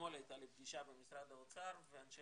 אתמול הייתה לי פגישה במשרד האוצר ואנשי